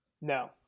No